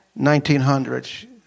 1900s